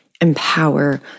Empower